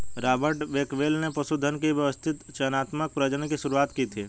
Robert Bakewell ने पशुधन के व्यवस्थित चयनात्मक प्रजनन की शुरुआत की थी